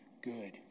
good